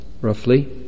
roughly